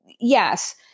Yes